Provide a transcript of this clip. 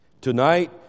Tonight